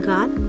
God